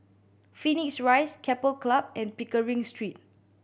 Phoenix Rise Keppel Club and Pickering Street